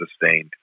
sustained